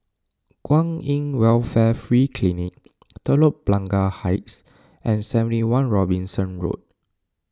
Kwan in Welfare Free Clinic Telok Blangah Heights and seventy one Robinson Road